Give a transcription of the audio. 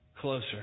closer